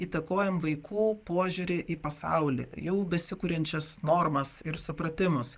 įtakojam vaikų požiūrį į pasaulį jau besikuriančias normas ir supratimus